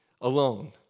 alone